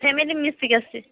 family ମିଶିକି ଆସିବେ